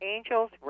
Angels